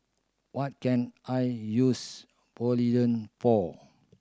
what can I use Polident for